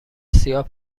سیاه